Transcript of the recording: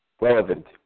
relevant